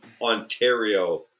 Ontario